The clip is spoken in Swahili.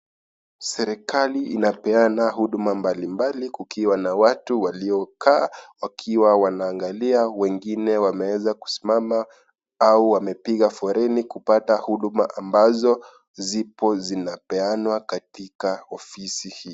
Serikali inapeana huduma mbalimbali kukiwa na watu waliokaa wakiwa wanaangalia, wengine wanaweza kusimama au wamepiga foleni, kupata huduma ambazo zinapeanwa katika ofisi hii.